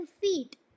feet